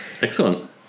excellent